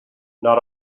not